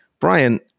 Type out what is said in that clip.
Brian